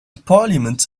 parliament